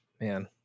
man